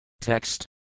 Text